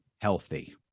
healthy